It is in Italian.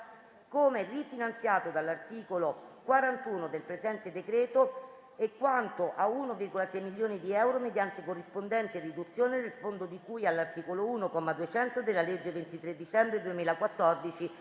come rifinanziato dall'articolo 41 del presente decreto e quanto a 1,6 milioni di euro mediante corrispondente riduzione del Fondo di cui all'articolo l, comma 200, della legge 23 dicembre 2014,